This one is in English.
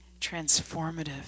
transformative